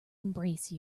embrace